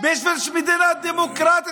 --- אף אחד לא כובש.